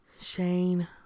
Shane